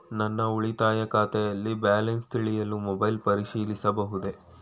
ನನ್ನ ಉಳಿತಾಯ ಖಾತೆಯಲ್ಲಿ ಬ್ಯಾಲೆನ್ಸ ತಿಳಿಯಲು ಮೊಬೈಲ್ ಪರಿಶೀಲಿಸಬಹುದೇ?